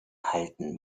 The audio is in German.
halten